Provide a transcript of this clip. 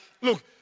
look